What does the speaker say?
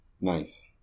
Nice